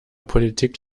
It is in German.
politik